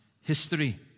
history